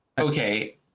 okay